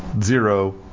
zero